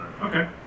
Okay